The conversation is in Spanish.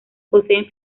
poseen